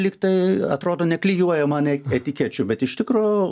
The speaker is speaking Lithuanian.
lyg tai atrodo neklijuoja man e etikečių bet iš tikro